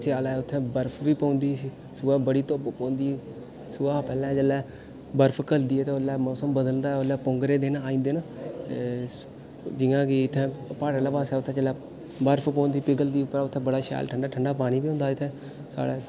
ते स्यालै उत्थै बर्फ बी पौंदी सी सोहै बड़ी धुप्प पौंदी सोहा शा पैह्लें जिसलै बर्फ घलदियै ते उसलै मौसम बदलदा ऐ उसलै पौंगरे दिन आई जंदे न जि'यां कि इत्थै प्हाड़ें आह्ले पास्सै उत्थै जिसलै बर्फ पौंदी पिगलदी उत्थै बड़ा शैल ठंडा ठंडा पानी बी होंदा इत्थै साढ़ै